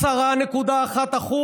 10.1%,